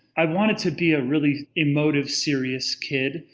i wanted to be a really emotive, serious kid.